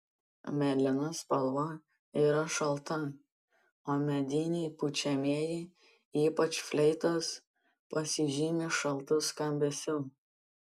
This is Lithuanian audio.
mėlyna spalva yra šalta o mediniai pučiamieji ypač fleitos pasižymi šaltu skambesiu